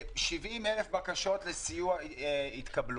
האוצר: 70,000 בקשות לסיוע התקבלו.